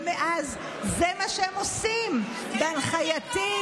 ומאז זה מה שהם עושים בהנחייתי,